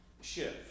shift